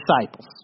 disciples